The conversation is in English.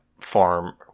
farm